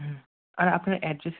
হুম আর আপনার অ্যাড্রেস